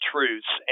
Truths